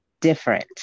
different